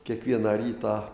kiekvieną rytą